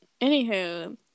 Anywho